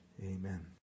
Amen